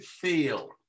feel